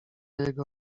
jego